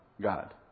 God